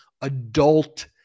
adult